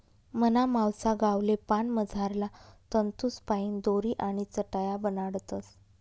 मना मावसा गावले पान मझारला तंतूसपाईन दोरी आणि चटाया बनाडतस